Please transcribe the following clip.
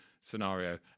scenario